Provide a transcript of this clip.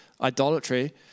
idolatry